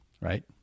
right